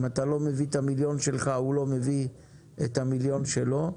אם אתה לא מביא את המיליון שלך הוא לא מביא את המיליון שלו,